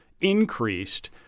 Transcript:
increased